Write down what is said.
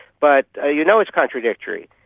but ah you know it's contradictory.